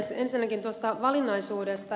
ensinnäkin tuosta valinnaisuudesta